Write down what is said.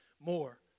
more